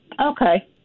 Okay